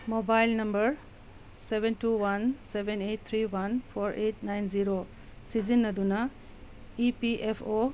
mobile number seven two one seven eight three one four eight nine zero ꯁꯤꯖꯤꯟꯅꯗꯨꯟ E P F ꯑꯣ